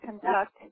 conduct